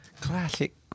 Classic